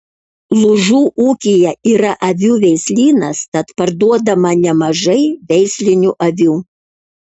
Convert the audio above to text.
lūžų ūkyje yra avių veislynas tad parduodama nemažai veislinių avių